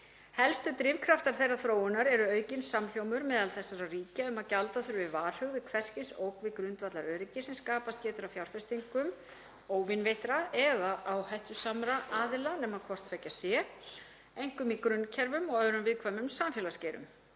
Helstu drifkraftar þeirrar þróunar eru aukinn samhljómur meðal þessara ríkja um að gjalda þurfi varhug við hvers kyns ógn við grundvallaröryggi sem skapast getur af fjárfestingum óvinveittra eða áhættusamra aðila nema hvort tveggja sé, einkum í grunnkerfum og öðrum viðkvæmum samfélagsgeirum.